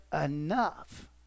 enough